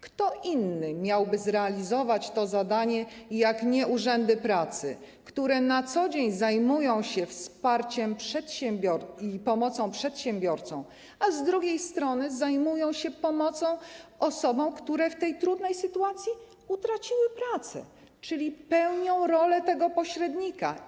Kto inny miałby zrealizować to zadanie jak nie urzędy pracy, które na co dzień zajmują się wsparciem przedsiębiorców i pomocą im, a z drugiej strony zajmują się pomocą osobom, które w tej trudnej sytuacji utraciły pracę, czyli pełnią rolę tego pośrednika.